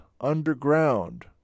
underground